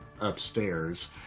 upstairs